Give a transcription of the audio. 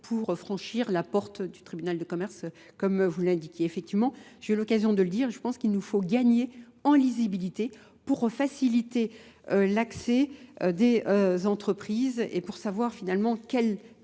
pour franchir la porte du tribunal de commerce comme vous l'indiquez. Effectivement, j'ai eu l'occasion de le dire et je pense qu'il nous faut gagner en lisibilité pour faciliter l'accès des entreprises et pour savoir finalement à quelle